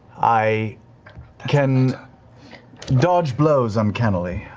i can dodge blows uncannily.